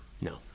No